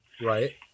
right